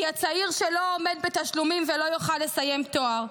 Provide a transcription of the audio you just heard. היא הצעיר שלא עומד בתשלומים ולא יוכל לסיים תואר,